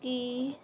ਕੀ